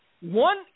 One